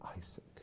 Isaac